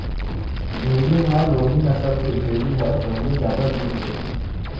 भेड़ी म लोही नसल के भेड़ी ह सबले जादा दूद देथे